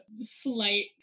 slight